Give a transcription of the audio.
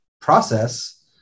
process